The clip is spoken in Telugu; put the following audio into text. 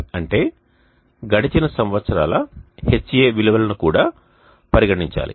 అంటే గడచిన సంవత్సరాల Ha విలువలను కూడా పరిగణించాలి